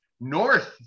north